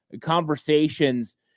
conversations